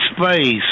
space